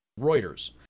Reuters